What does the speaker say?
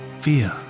fear